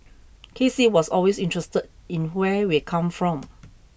K C was always interested in where we come from